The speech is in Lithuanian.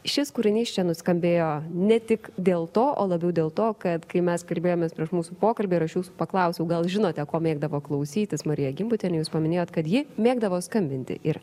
šis kūrinys čia nuskambėjo ne tik dėl to o labiau dėl to kad kai mes kalbėjomės prieš mūsų pokalbį ir jūsų paklausiau gal žinote ko mėgdavo klausytis marija gimbutienė jūs paminėjot kad ji mėgdavo skambinti ir